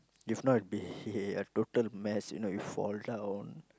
if not be he had total mess you know if fall down